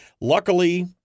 Luckily